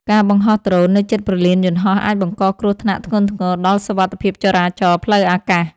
ការបង្ហោះដ្រូននៅជិតព្រលានយន្តហោះអាចបង្កគ្រោះថ្នាក់ធ្ងន់ធ្ងរដល់សុវត្ថិភាពចរាចរណ៍ផ្លូវអាកាស។